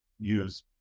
use